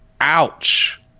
Ouch